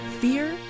Fear